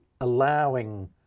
allowing